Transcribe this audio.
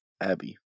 Abby